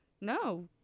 No